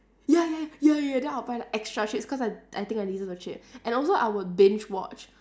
ya ya ya ya ya ya then I'll buy like extra chips cause I I think I deserve the chips and also I would binge watch